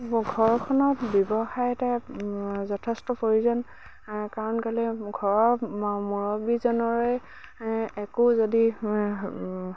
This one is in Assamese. ঘৰখনত ব্যৱসায় এটাৰ যথেষ্ট প্ৰয়োজন কাৰণ কেলে ঘৰৰ মুৰব্বীজনৰে একো যদি